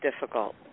difficult